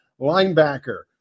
linebacker